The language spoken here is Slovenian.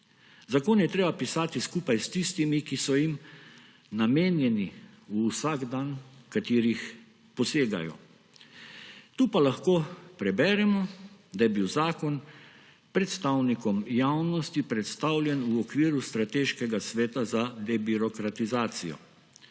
Zakone je treba pisati skupaj s tistimi, ki so jim namenjeni, v katerih vsakdan posegajo, tu pa lahko preberemo, da je bil zakon predstavnikom javnosti predstavljen v okviru Strateškega sveta za debirokratizacijo.